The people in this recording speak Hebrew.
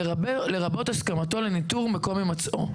לרבות הסכמתו לניטור מקום הימצאו,